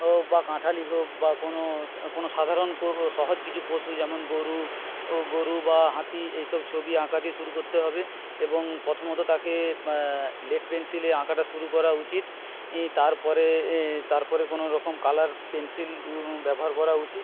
বা কাঁঠালই হোক বা কোনো কোনো সাধারণ সহজ কিছু পশু যেমন গরু গরু বা হাতি এই সব ছবি আঁকা দিয়ে শুরু করতে হবে এবং প্রথমত তাকে স্লেট পেন্সিলে আঁকাটা শুরু করা উচিৎ তারপরে তারপরে কোনো রকম কালার পেন্সিল ব্যবহার করা উচিৎ